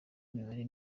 mibare